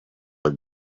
are